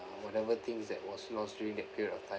uh whatever things that was lost during that period of time